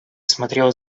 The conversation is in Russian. смотрела